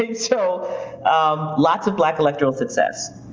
ah so um lots of black electoral success.